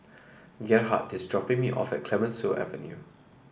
Gerhardt is dropping me off at Clemenceau Avenue